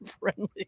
friendly